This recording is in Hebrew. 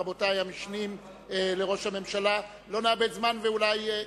רבותי המשנים לראש הממשלה, לא נאבד זמן ואולי,